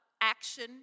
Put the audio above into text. action